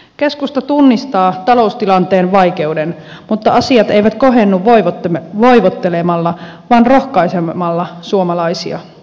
keskusta tunnistaa taloustilanteen vaikeuden mutta asiat eivät kohennu voivottelemalla vaan rohkaisemalla suomalaisia